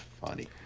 funny